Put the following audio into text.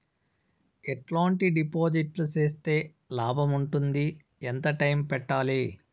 ఎట్లాంటి డిపాజిట్లు సేస్తే లాభం ఉంటుంది? ఎంత టైము పెట్టాలి?